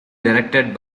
directed